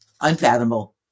unfathomable